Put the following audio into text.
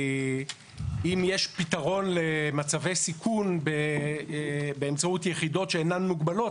כי אם יש פתרון למצבי סיכון באמצעות יחידות שאינן מוגבלות,